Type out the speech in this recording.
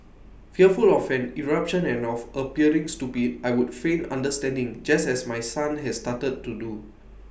fearful of an eruption and of appearing stupid I would feign understanding just as my son has started to do